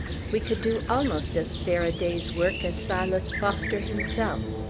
we could do almost as fair a day's work as silas foster himself,